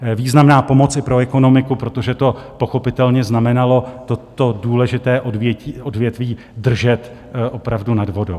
Významná pomoc i pro ekonomiku, protože to pochopitelně znamenalo toto důležité odvětví držet opravdu nad vodou.